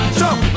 jump